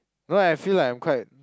no I feel like I'm quite